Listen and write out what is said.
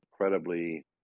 incredibly